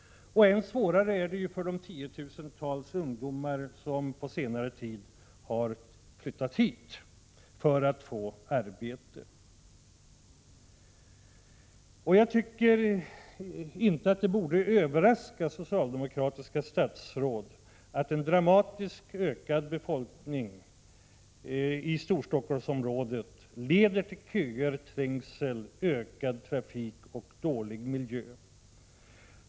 Och än värre är det för de tiotusentals ungdomar som på senare tid har flyttat hit för att få arbete. Jag tycker inte att det skulle överraska socialdemokratiska statsråd att en dramatiskt ökad befolkning i Storstockholmsområdet leder till köer, trängsel, ökad trafik och dålig miljö.